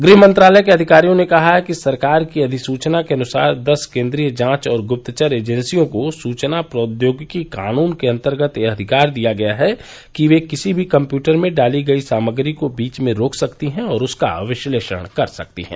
गृहमंत्रालय के अधिकारियों ने कहा है कि सरकार की अधिसूचना के अनुसार दस केन्द्रीय जांच और गुप्तचर एजेंसियों को सूचना प्रौद्योगिकी कानून के अंतर्गत यह अधिकार दिया गया है कि वे किसी भी कम्पयूटर में डाली गई सामग्री को बीच में रोक सकती हैं और उसका विश्लेषण कर सकती हैं